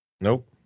Nope